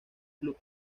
club